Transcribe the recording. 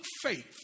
faith